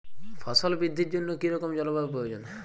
ফসল বৃদ্ধির জন্য কী রকম জলবায়ু প্রয়োজন?